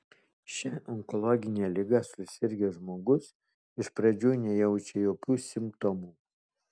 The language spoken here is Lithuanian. šia onkologine liga susirgęs žmogus iš pradžių nejaučia jokių simptomų